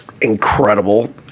incredible